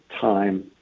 time